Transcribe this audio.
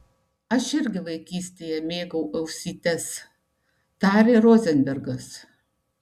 aš irgi vaikystėje mėgau ausytes tarė rozenbergas